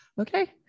okay